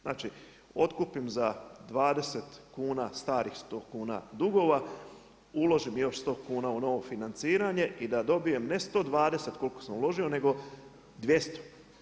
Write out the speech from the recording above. Znači otkupim na 20 kuna, starih 10 kuna dugova, uložim još 100 kuna u novo financiranje i da dobijem ne 120 koliko sam uložio nego 200.